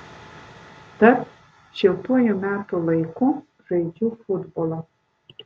tad šiltuoju metų laiku žaidžiu futbolą